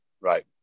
Right